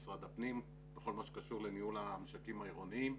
משרד הפנים בכל מה שקשור לניהול המשקים העירוניים,